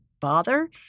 bother